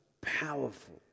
powerful